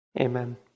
Amen